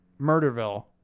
Murderville